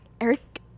eric